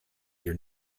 your